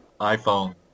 iPhone